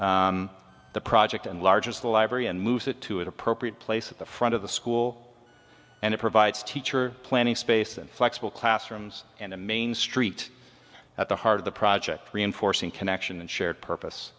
space the project and large as the librarian moves it to an appropriate place at the front of the school and it provides teacher planning space and flexible classrooms and a main street at the heart of the project reinforcing connection and shared purpose